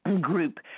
group